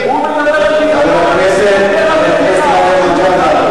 הוא מדבר על גזענות?